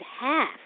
half